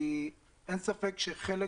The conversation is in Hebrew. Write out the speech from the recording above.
אין ספק שחלק